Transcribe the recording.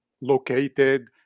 located